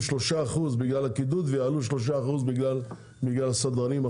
כ-3% בגלל הקידוד ויעלו כ-3% בגלל הסדרנים,